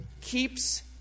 keeps